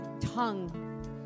tongue